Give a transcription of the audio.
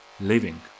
living